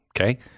Okay